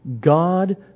God